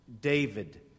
David